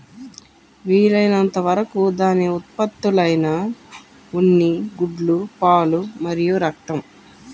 వీలైనంత వరకు దాని ఉత్పత్తులైన ఉన్ని, గుడ్లు, పాలు మరియు రక్తం